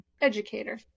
Educator